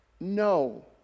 no